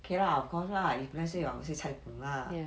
okay lah of course lah if let's say I will say cai png lah